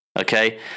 Okay